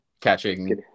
catching –